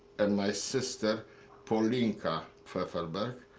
and my sister paulinka pfefferberg.